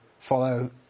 follow